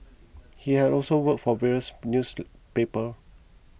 she had also worked for various newspaper